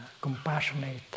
compassionate